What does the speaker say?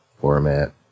format